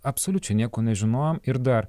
absoliučiai nieko nežinojom ir dar